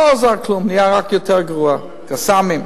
לא עזר כלום, נהיה רק יותר גרוע, "קסאמים".